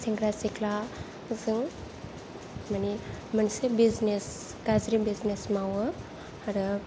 सेंग्रा सिख्लाजों माने मोनसे बिजनेस गाज्रि बिजनेस मावो आरो